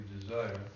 desire